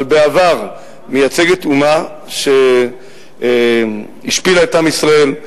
אבל בעבר זו אומה שהשפילה את עם ישראל,